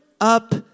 up